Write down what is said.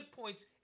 points